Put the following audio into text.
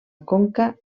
conca